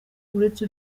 uretse